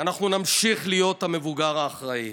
אנחנו נמשיך להיות המבוגר האחראי,